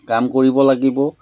কাম কৰিব লাগিব